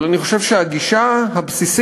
אבל אני חושב שהגישה הבסיסית